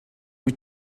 wyt